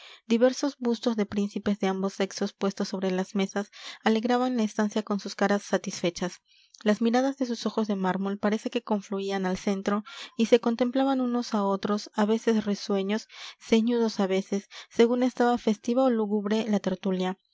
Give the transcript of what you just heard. diversos bustos de príncipes de ambos sexos puestos sobre las mesas alegraban la estancia con sus caras satisfechas las miradas de sus ojos de mármol parece que confluían al centro y se contemplaban unos a otros a veces risueños ceñudos a veces según estaba festiva o lúgubre la tertulia